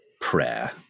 Prayer